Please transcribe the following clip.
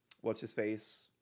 what's-his-face